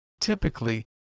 Typically